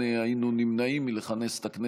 אושרו על ידי מליאת הכנסת והתקבלו.